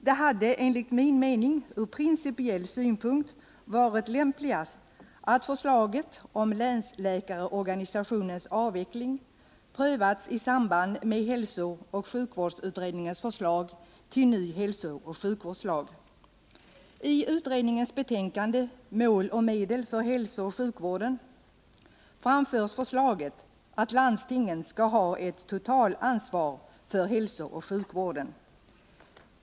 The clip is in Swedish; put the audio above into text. Det hade enligt min mening, ur principiell synpunkt, varit lämpligast att förslaget om länsläkarorganisationens avveckling prövats i samband med hälsooch sjukvårdsutredningens förslag till ny hälsooch sjukvårdslag. I utredningens betänkande Mål och medel för hälsooch sjukvården framförs förslaget att landstingen skall ha ett totalansvar för hälsooch sjukvården.